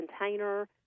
container